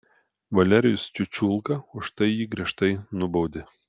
valerijus čiučiulka už tai jį griežtai nubaudė